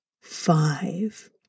five